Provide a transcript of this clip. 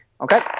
Okay